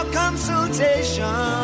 consultation